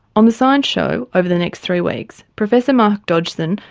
on the science show over the next three weeks professor mark dodgson,